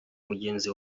mugenzi